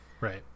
Right